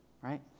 right